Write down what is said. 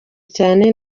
cyane